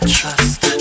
trust